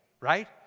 Right